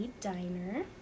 diner